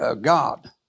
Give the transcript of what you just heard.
God